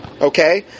Okay